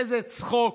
איזה צחוק,